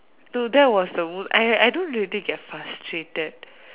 so that was the most I I don't really get frustrated